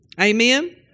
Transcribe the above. Amen